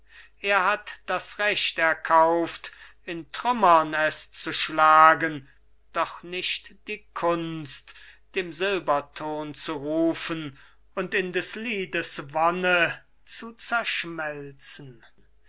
er hat das recht erkauft in trümmern es zu schlagen doch nicht die kunst dem silberton zu rufen und in des liedes wonne zu zerschmelzen